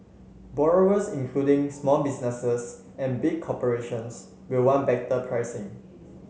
borrowers including small businesses and big corporations will want better pricing